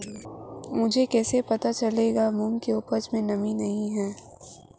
मुझे कैसे पता चलेगा कि मूंग की उपज में नमी नहीं है?